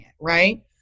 right